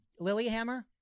Lilyhammer